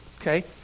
Okay